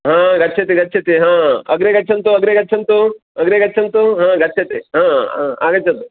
हा गच्छति गच्छति हा अग्रे गच्छन्तु अग्रे गच्छन्तु अग्रे गच्छन्तु हा गच्छति हा आ आगच्छतु